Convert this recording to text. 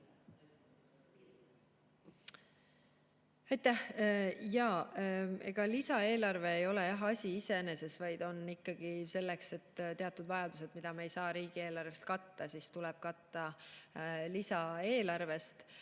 ega lisaeelarve ei ole asi iseeneses, vaid see on ikkagi selleks, et kui on teatud vajadused, mida me ei saa riigieelarvest katta, siis tuleb neid katta lisaeelarvest.